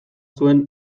zuen